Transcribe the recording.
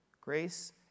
Grace